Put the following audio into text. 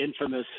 infamous